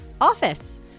Office